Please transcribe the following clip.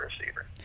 receiver